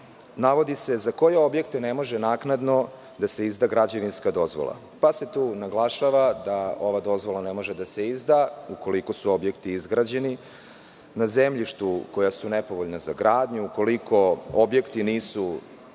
navodi se za koje objekte ne može naknadno da se izda građevinska dozvola, pa se tu naglašava da ova dozvola ne može da se izda ukoliko su objekti izgrađeni na zemljištima koja su nepovoljna za gradnju, ukoliko objekti nisu izgrađeni